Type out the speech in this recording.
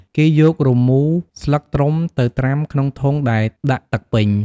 គេយករមូរស្លឹកត្រុំទៅត្រាំក្នុងធុងដែលដាក់ទឹកពេញ។